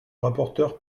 rapporteur